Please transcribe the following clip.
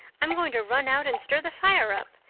i'm going to run out and stir the fire up.